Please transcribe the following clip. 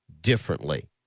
differently